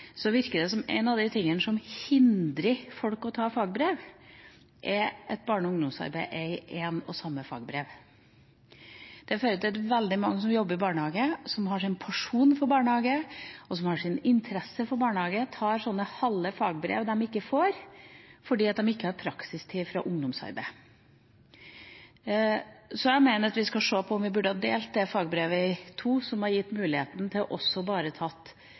virker det som om en av de tingene som hindrer folk i å ta fagbrev, er at barne- og ungdomsarbeid er ett og samme fagbrev. Det fører til at veldig mange som jobber i barnehage, som har sin pasjon for barnehage, som har sin interesse for barnehage, tar halve fagbrev – de får ikke fagbrev, fordi de ikke har praksistid fra ungdomsarbeid. Så jeg mener vi skal se på om vi burde ha delt det fagbrevet i to, gitt mulighet til å ta bare barnehagedelen som